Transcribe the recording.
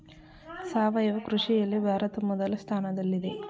ಸಾವಯವ ಕೃಷಿಯಲ್ಲಿ ಭಾರತ ಮೊದಲ ಸ್ಥಾನದಲ್ಲಿದೆ